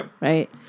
Right